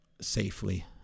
safely